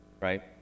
right